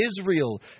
Israel